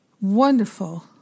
wonderful